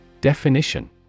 Definition